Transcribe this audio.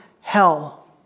hell